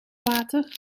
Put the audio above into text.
water